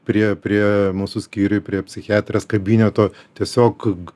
priėjo prie mūsų skyriuj prie psichiatrės kabineto tiesiog